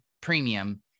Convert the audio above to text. premium